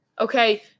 Okay